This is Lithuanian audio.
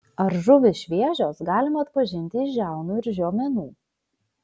ar žuvys šviežios galima atpažinti iš žiaunų ir žiomenų